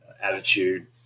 attitude